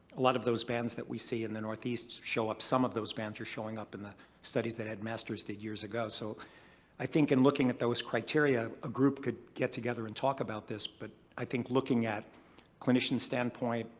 a lot of those bands that we see in the northeast show up. some of those bands are showing up in the studies that ed masters did years ago. so i think in looking at those criteria, a group could get together and talk about this, but i think looking at clinician standpoint,